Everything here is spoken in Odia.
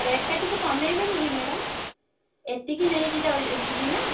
ରେଟ୍ ଟା ଟିକେ କମେଇବେନିକି ମ୍ୟାଡ଼ାମ ଏତିକି ନେଇକି ଯିବି ନା